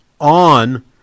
on